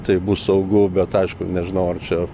taip bus saugu bet aišku nežinau ar čia